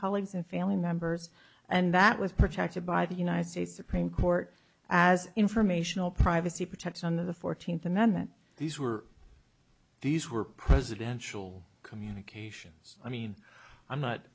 colleagues and family members and that was protected by the united states supreme court as informational privacy protection under the fourteenth amendment these were these were presidential communications i mean i'm not